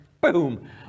Boom